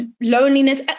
loneliness